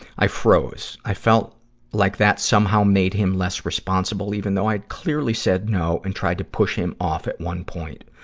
i froze. i felt like that somehow made him less responsible, even though i clearly said no and tried to push him off at one point.